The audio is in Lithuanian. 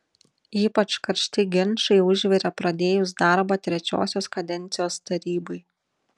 ypač karšti ginčai užvirė pradėjus darbą trečiosios kadencijos tarybai